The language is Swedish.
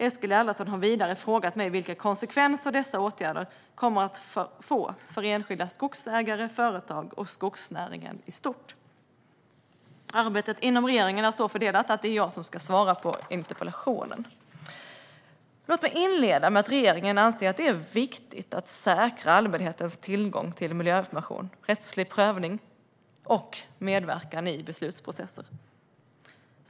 Eskil Erlandsson har vidare frågat mig vilka konsekvenser dessa åtgärder kommer att få för enskilda skogsägare, företag och skogsnäringen i stort. Arbetet inom regeringen är så fördelat att det är jag som ska svara på interpellationen. Låt mig inleda med att regeringen anser att det är viktigt att säkra allmänhetens tillgång till miljöinformation, rättslig prövning och medverkan i beslutsprocesser.